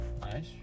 Nice